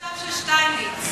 של שטייניץ.